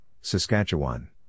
Saskatchewan